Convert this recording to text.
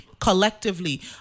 collectively